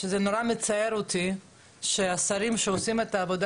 שזה נורא מצער אותי שהשרים שעושים את העבודה